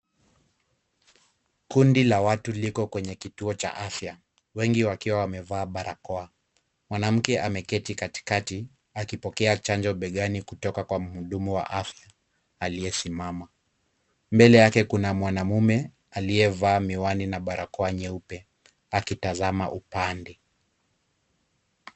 Kundi la watu liko katika kituo cha afya wengi wakiwa wamevaa barakoa. Mwanamke ameketi katikati akipokea chanjo begani kutoka kwa mhudumu wa afya aliyesimama. Mbele yake kuna mwanaume aliyevaa miwani na barakoa nyeupe akitazama upande.